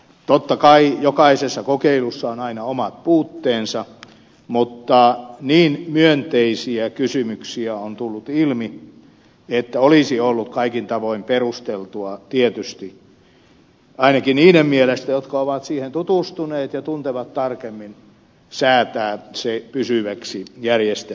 totta kai jokaisessa kokeilussa on aina omat puutteensa mutta niin myönteisiä kysymyksiä on tullut ilmi että olisi ollut kaikin tavoin perusteltua tietysti ainakin niiden mielestä jotka ovat siihen tutustuneet ja tuntevat sen tarkemmin säätää se pysyväksi järjestelmäksi